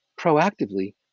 proactively